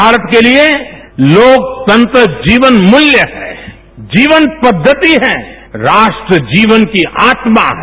भारत के लिए लोकतंत्र जीवन मूल्य है जीवन पद्धति है राष्ट्र जीवन की आत्मा है